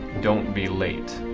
don't be late.